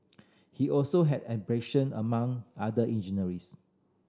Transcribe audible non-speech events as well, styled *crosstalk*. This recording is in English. he also had abrasion among other *unintelligible*